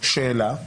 שאלה.